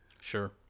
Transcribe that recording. Sure